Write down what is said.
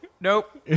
Nope